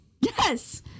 Yes